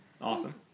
Awesome